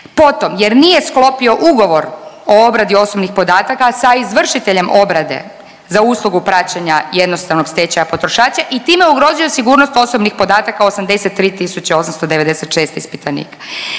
Potom, jer nije sklopio ugovor o obradi osobnih podataka sa izvršiteljem obrade za uslugu praćenje jednostavnog stečaja potrošača i time ugrozio sigurnost osobnih podataka 83 896 ispitanika.